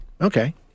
okay